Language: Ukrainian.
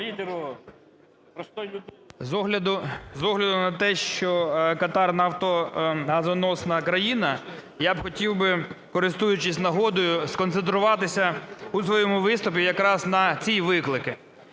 З огляду на те, що Катар – нафтогазоносна країна, я б хотів би, користуючись нагодою, сконцентруватися у своєму виступі якраз на ці виклики.